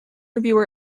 review